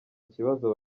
kibazo